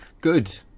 Good